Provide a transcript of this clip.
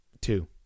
Two